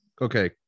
Okay